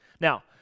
Now